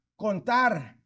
contar